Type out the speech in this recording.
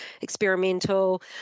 experimental